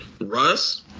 Russ